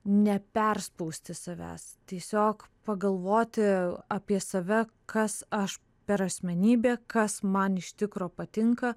neperspausti savęs tiesiog pagalvoti apie save kas aš per asmenybė kas man iš tikro patinka